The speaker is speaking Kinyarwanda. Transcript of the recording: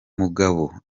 mugabo